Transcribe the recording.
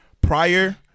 prior